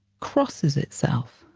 crosses itself.